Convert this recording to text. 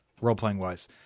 role-playing-wise